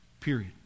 period